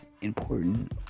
important